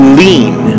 lean